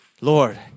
Lord